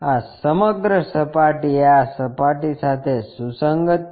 આ સમગ્ર સપાટી આ સપાટી સાથે સુસંગત છે